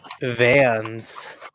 Vans